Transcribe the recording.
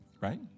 right